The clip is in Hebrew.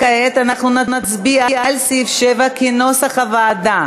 כעת אנחנו נצביע על סעיף 7 כנוסח הוועדה.